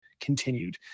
continued